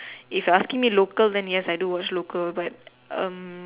if asking me local then yes I do watch local but um